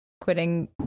quitting